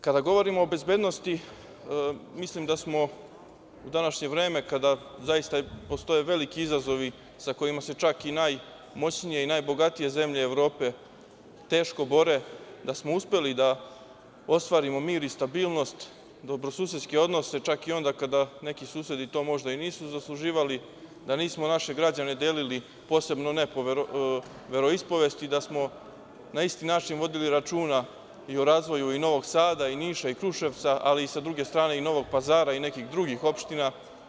Kada govorimo o bezbednosti, mislim da smo u današnje vreme, kada zaista postoje veliki izazovi sa kojima se čak i najmoćnije i najbogatije zemlje Evrope teško bore, da smo uspeli da ostvarimo mir i stabilnost, dobrosusedske odnose, čak i onda kada neki susedi to možda i nisu zasluživali, da nismo naše građane delili, posebno ne po veroispovesti, da smo na isti način vodili računa i o razvoju i Novog Sada i Niša i Kruševca, ali sa druge strane i Novog Pazara i nekih drugih opština.